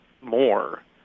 more